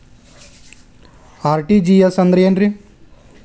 RTGS ಅಂದ್ರ ಏನ್ರಿ?